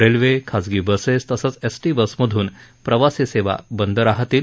railway खाजगी buses तसंच ST बसमधून प्रवासी सेवा बंद राहतील